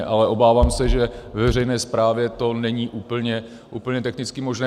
Ale obávám se, že ve veřejné správě to není úplně technicky možné.